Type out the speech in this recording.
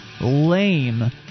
lame